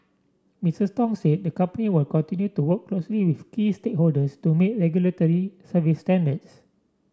Mister Tong said the company will continue to work closely with key stakeholders to meet regulatory service standards